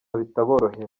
bitaborohera